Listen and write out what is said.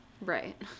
Right